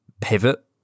pivot